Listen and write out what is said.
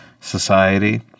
society